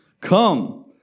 Come